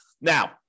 Now